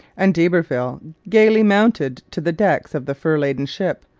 and d'iberville gaily mounted to the decks of the fur-laden ship,